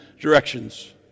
directions